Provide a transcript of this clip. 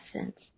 essence